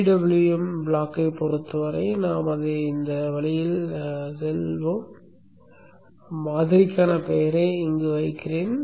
PWM ப்ளாக்கைப் பொறுத்தவரை நாம் அதை இந்த வழியில் செய்வோம் மாதிரிக்கான பெயரை வைக்கிறேன்